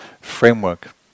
framework